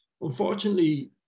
unfortunately